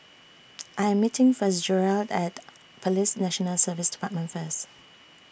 I Am meeting Fitzgerald At Police National Service department First